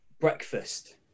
breakfast